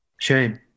Shame